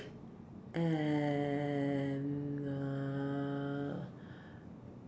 and err